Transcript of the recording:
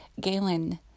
galen